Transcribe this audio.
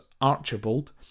Archibald